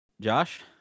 Josh